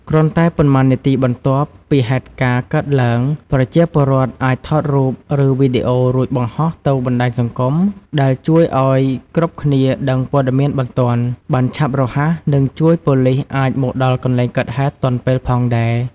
គ្រាន់តែប៉ុន្មាននាទីបន្ទាប់ពី ហេតុការណ៍កើតឡើង ប្រជាពលរដ្ឋ អាច ថតរូប ឬ វីដេអូ រួច បង្ហោះទៅបណ្ដាញសង្គម ដែល ជួយឱ្យគ្រប់គ្នាដឹងព័ត៌មានបន្ទាន់ បានឆាប់រហ័ស និង ជួយប៉ូលិស អាច មកដល់កន្លែងកើតហេតុទាន់ពេល ផងដែរ។